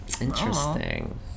Interesting